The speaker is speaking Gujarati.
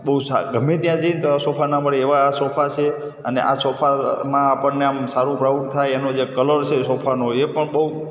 બહુ સા ગમે ત્યાં જઈએ ને તો આવા સોફા ના મળે એવા આ સોફા છે અને આ સોફામાં આપણને આમ સારું પ્રાઉડ થાય એનો જે કલર છે સોફાનો એ પણ બહુ